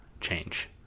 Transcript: change